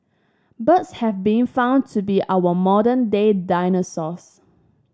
birds have been found to be our modern day dinosaurs